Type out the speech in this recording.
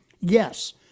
Yes